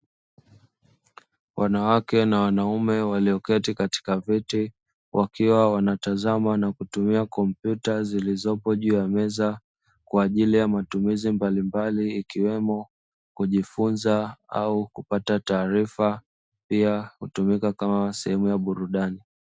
Wanawake na wanaume walioketi katika viti wakiwa wanatazama na kutumia kompyuta zilizopo juu ya meza, kwajili ya matumizi mbalimbali ikiwemo kujifunza au kupata taarifa pia hutumika kama sehemu ya burudani.